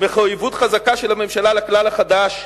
מחויבות חזקה של הממשלה לכלל החדש,